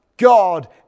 God